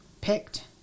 picked